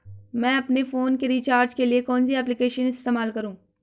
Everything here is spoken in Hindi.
मैं अपने फोन के रिचार्ज के लिए कौन सी एप्लिकेशन इस्तेमाल करूँ?